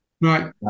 Right